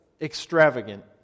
extravagant